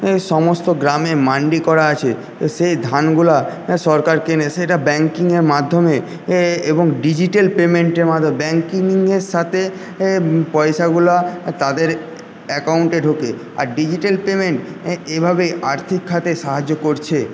সমস্ত গ্রামে মান্ডি করা আছে সে ধানগুলা সরকার কেনে সেটা ব্যাঙ্কিংয়ের মাধ্যমে এবং ডিজিটাল পেমেন্টের মাধ্যমে ব্যাঙ্কিংয়ের সাথে পয়সাগুলা তাদের অ্যাকাউন্টে ঢোকে আর ডিজিটাল পেমেন্ট এভাবে আর্থিক খাতে সাহায্য করছে